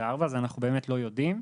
אז אנחנו באמת לא יודעים,